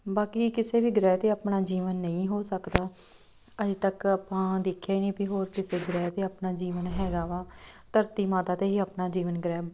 ਬਾਕੀ ਕਿਸੇ ਵੀ ਗ੍ਰਹਿ 'ਤੇ ਆਪਣਾ ਜੀਵਨ ਨਹੀਂ ਹੋ ਸਕਦਾ ਅੱਜ ਤੱਕ ਆਪਾਂ ਦੇਖਿਆ ਹੀ ਨਹੀਂ ਵੀ ਹੋਰ ਕਿਸੇ ਗ੍ਰਹਿ 'ਤੇ ਆਪਣਾ ਜੀਵਨ ਹੈਗਾ ਵਾ ਧਰਤੀ ਮਾਤਾ 'ਤੇ ਹੀ ਆਪਣਾ ਜੀਵਨ ਗ੍ਰਹਿ